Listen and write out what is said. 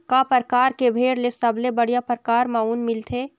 का परकार के भेड़ ले सबले बढ़िया परकार म ऊन मिलथे?